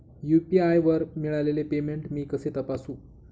UPI वर मिळालेले payment मी कसे तपासू?